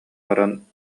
баран